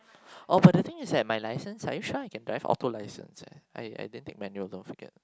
oh but the thing is that my license are you sure I can drive auto license eh I I didn't take manual don't forget